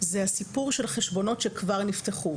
זה הסיפור של החשבונות שכבר נפתחו.